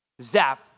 Zap